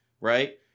Right